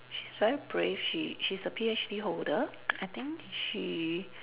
she's very brave she she's a PhD holder I think she